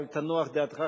אבל תנוח דעתך,